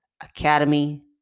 Academy